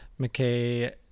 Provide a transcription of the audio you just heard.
McKay